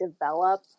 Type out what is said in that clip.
develop